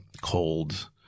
cold